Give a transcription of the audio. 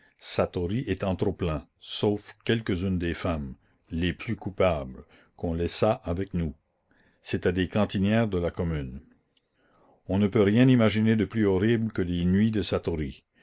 satory étant trop plein sauf quelques-unes des femmes les plus coupables qu'on laissa avec nous c'étaient des cantinières de la commune on ne peut rien imaginer de plus horrible que les nuits de